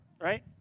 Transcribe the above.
right